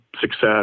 success